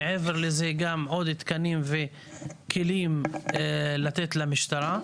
מעבר לזה גם עוד תקנים וכלים לתת למשטרה.